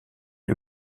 est